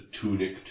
tunic